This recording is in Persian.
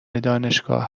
دانشگاه